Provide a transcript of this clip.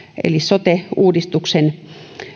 eli sote uudistuksen